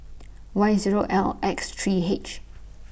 Y Zero L X three H